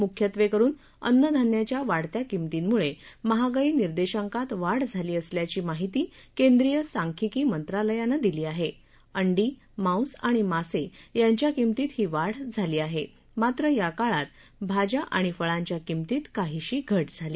मुख्यत्वळूकन अन्नधान्याच्या वाढत्या किंमतींमुळप्रिहागाई निर्देशांकात वाढ झाली असल्याची माहिती केंद्रीय सांख्यिकी मंत्रालयानं दिली आहा अंडी मांस आणि मासविंच्या किंमतीत ही वाढ झाली आहा ज्ञात्र या काळात भाज्या आणि फळांच्या किंमतीत काहीशी घट झाली